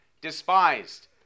despised